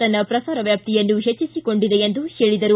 ತನ್ನ ಪ್ರಸಾರ ವ್ಯಾಪ್ತಿಯನ್ನು ಹೆಚ್ಚಿಸಿಕೊಂಡಿದೆ ಎಂದು ಹೇಳಿದರು